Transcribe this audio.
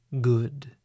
good